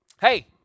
Hey